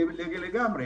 לגמרי.